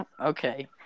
okay